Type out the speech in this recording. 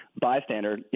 bystander